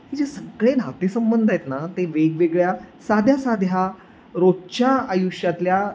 जे सगळे नातेसंबंध आहेत ना ते वेगवेगळ्या साध्या साध्या रोजच्या आयुष्यातल्या